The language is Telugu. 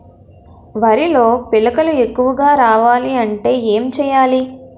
వరిలో పిలకలు ఎక్కువుగా రావాలి అంటే ఏంటి చేయాలి?